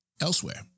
elsewhere